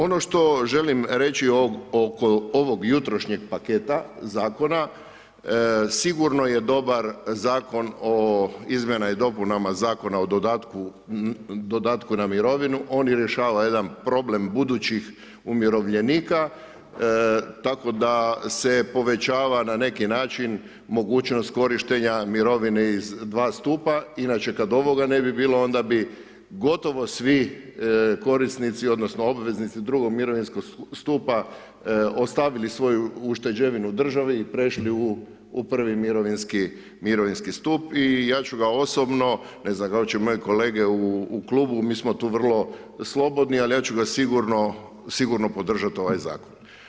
Oni što želim reći oko ovog jutrošnjeg paketa Zakona, sigurno je dobar Zakon o izmjenama i dopunama Zakona o dodatku na mirovinu, on rješava jedan problem budućih umirovljenika, tako da se povećava na neki način mogućnost korištenja mirovine iz dva stupa, inače kad ovoga ne bi bilo, onda bi gotovo svi korisnici odnosno obveznici drugog mirovinskog stupa, ostavili svoju ušteđevinu državi i prešli u prvi mirovinski stup, i ja ću ga osobno, ne znam koko će moji kolege u Klubu, mi smo tu vrlo slobodni, al ja ću ga sigurno podržat, podržati ovaj Zakon.